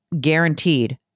guaranteed